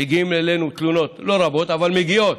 מגיעות אלינו תלונות, לא רבות, אבל מגיעות,